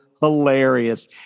hilarious